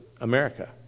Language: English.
America